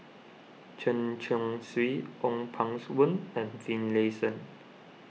Chen Chong Swee Ong Pang Boon and Finlayson